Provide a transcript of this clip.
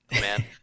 man